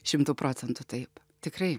šimtu procentų taip tikrai